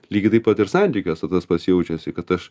lygiai taip pat ir santykiuose tas pats jaučiasi kad aš